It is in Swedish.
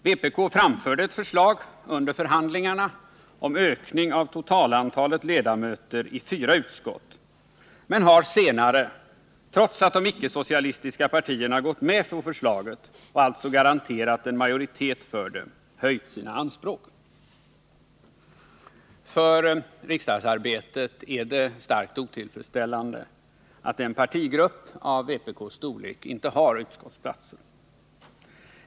Vpk framförde ett förslag under förhandlingarna om ökning av totalantalet ledamöter i fyra utskott men har sedan — trots att de icke-socialistiska partierna gått med på förslaget och alltså garanterat en majoritet för det — höjt sina anspråk. För riksdagsarbetet är det starkt otillfredsställande att en partigrupp av vpk:s storlek inte har utskottsplatser.